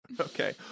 Okay